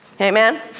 Amen